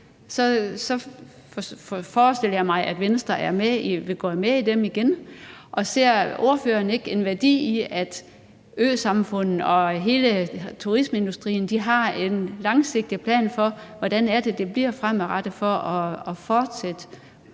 forestiller jeg mig, at Venstre vil være med til dem igen. Ser ordføreren ikke en værdi i, at øsamfundene og hele turismeindustrien har en langsigtet plan for, hvordan det bliver fremadrettet for at fortsætte